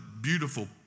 beautiful